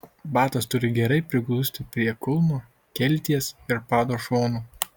batas turi gerai priglusti prie kulno kelties ir pado šonų